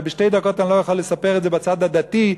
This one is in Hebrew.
ובשתי דקות אני לא יכול לספר את זה בצד הדתי,